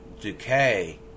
decay